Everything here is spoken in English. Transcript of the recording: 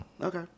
Okay